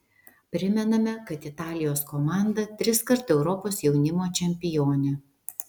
primename kad italijos komanda triskart europos jaunimo čempionė